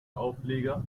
auflieger